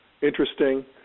Interesting